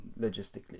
logistically